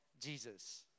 Jesus